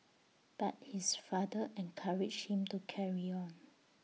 but his father encouraged him to carry on